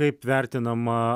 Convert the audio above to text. kaip vertinama